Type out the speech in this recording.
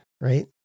right